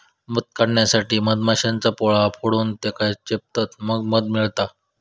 मध काढण्यासाठी मधमाश्यांचा पोळा फोडून त्येका चेपतत मग मध मिळता